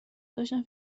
داشتم